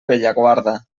bellaguarda